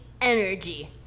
energy